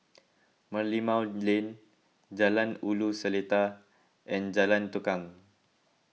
Merlimau Lane Jalan Ulu Seletar and Jalan Tukang